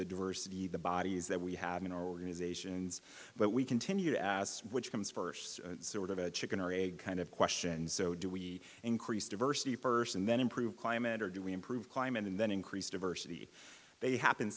the diversity the bodies that we have in our organizations but we continue to ask which comes first sort of a chicken or egg kind of question so do we increase diversity person and then improve climate or do we improve climate and then increase diversity they happen